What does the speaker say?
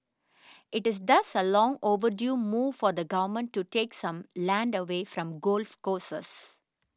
it is thus a long overdue move for the government to take some land away from golf courses